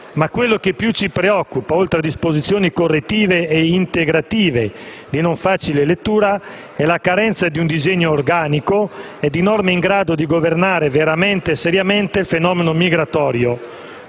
Ma quello che più ci preoccupa, oltre a disposizioni correttive e integrative di non facile lettura, è la carenza di un disegno organico e di norme in grado di governare veramente e seriamente il fenomeno migratorio,